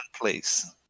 place